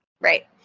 right